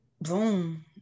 Boom